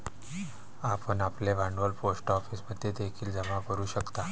आपण आपले भांडवल पोस्ट ऑफिसमध्ये देखील जमा करू शकता